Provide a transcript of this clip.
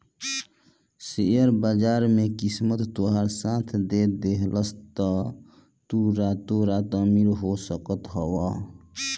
share बाजार में किस्मत तोहार साथ दे देहलस तअ तू रातो रात अमीर हो सकत हवअ